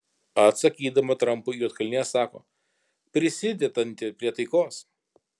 atsakydama trampui juodkalnija sako prisidedanti prie taikos